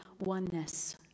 oneness